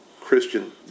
Christian